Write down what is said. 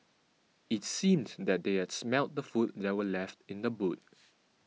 it seemed that they had smelt the food that were left in the boot